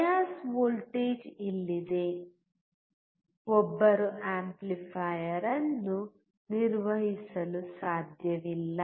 bias voltage ಇಲ್ಲದೆ ಒಬ್ಬರು amplifier ಅನ್ನು ನಿರ್ವಹಿಸಲು ಸಾಧ್ಯವಿಲ್ಲ